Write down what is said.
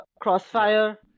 crossfire